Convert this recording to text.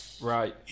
Right